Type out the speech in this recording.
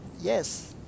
yes